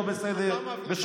לא בסדר,